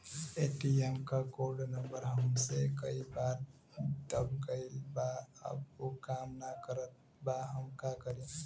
ATM क code number हमसे कई बार दब गईल बा अब उ काम ना करत बा हम का करी?